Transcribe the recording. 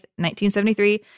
1973